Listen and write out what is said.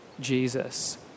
Jesus